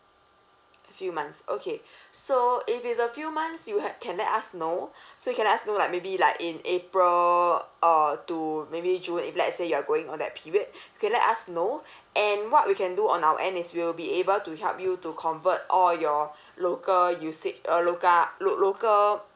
few months okay so if it's a few months you h~ can let us know so you can let us know like maybe like in april uh to maybe june if let's say you're going on that period you can let us know and what we can do on our end is we will be able to help you to convert all your local usage uh lo~ local